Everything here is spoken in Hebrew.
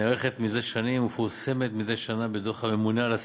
הנערכת מזה שנים ומפורסמת מדי שנה בדוח הממונה על השכר,